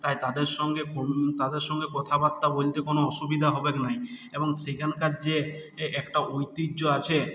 তাই তাদের সঙ্গে তাদের সঙ্গে কথাবার্তা বলতে কোনো অসুবিধা হবে না এবং সেখানকার যে একটা ঐতিহ্য আছে সেই